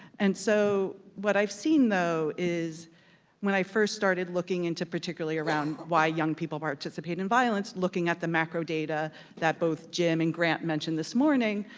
and so what i've seen though is when i first started looking into particularly around why young people participate in violence, looking at the macro data that both jim and grant mentioned this morning,